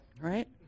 right